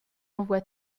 envoie